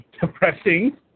depressing